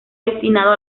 destinado